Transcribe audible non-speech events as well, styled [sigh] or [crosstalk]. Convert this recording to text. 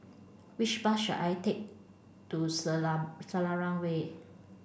which bus should I take to [unintelligible] Selarang Way